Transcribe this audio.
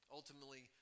ultimately